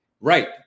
right